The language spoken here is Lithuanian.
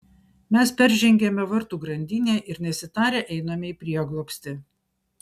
mes peržengiame vartų grandinę ir nesitarę einame į prieglobstį